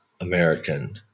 American